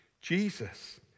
Jesus